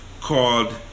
called